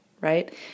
right